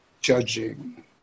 judging